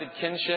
kinship